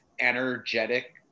energetic